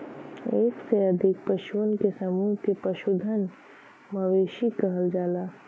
एक से अधिक पशुअन के समूह के पशुधन, मवेशी कहल जाला